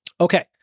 Okay